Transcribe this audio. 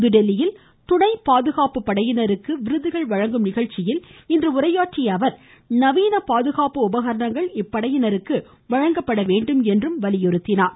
புதுதில்லியில் இன்று துணை பாதுகாப்பு படையினருக்கு விருதுகள் வழங்கும் நிகழ்ச்சியில் இன்று உரையாற்றிய அவர் நவீன பாதுகாப்பு உபகரணங்கள் இப்படைகளுக்கு வழங்கப்பட வேண்டும் என்றும் வலியுறுத்தியுள்ளார்